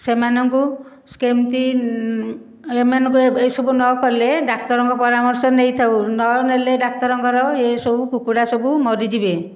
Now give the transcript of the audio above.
ସେମାନଙ୍କୁ କେମିତି ଏମାନଙ୍କୁ ଏହିସବୁ ନକଲେ ଡାକ୍ତରଙ୍କ ମରାମର୍ଶ ନେଇଥାଉ ନନେଲେ ଡାକ୍ତରଙ୍କର ଏହି ସବୁ କୁକୁଡ଼ା ସବୁ ମରିଯିବେ